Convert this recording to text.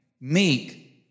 meek